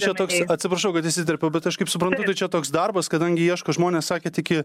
čia toks atsiprašau kad įsiterpiau bet aš kaip suprantu tai čia toks darbas kadangi ieško žmonės sakėt iki